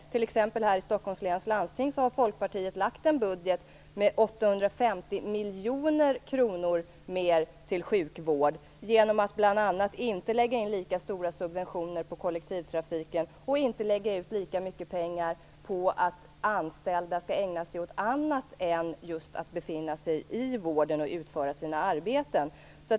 I t.ex. Stockholms läns landsting har Folkpartiet föreslagit en budget med 850 miljoner kronor mer till sjukvård genom att bl.a. inte lägga in lika stora subventioner till kollektivtrafiken och inte lägga ut lika mycket pengar på att anställda skall ägna sig åt annat än just att befinna sig i vården och utföra sina arbeten.